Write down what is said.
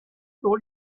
told